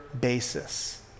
basis